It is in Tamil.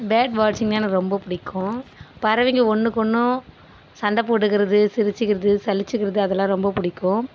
பேர்ட் வாட்சிங்கனா எனக்கு ரொம்ப பிடிக்கும் பறவைங்க ஒன்றுக்கொன்னும் சண்டை போட்டுக்கிறது சிரிச்சிக்கிறது சலிச்சிக்கிறது அதெல்லாம் ரொம்ப பிடிக்கும்